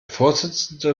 vorsitzende